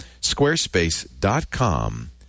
Squarespace.com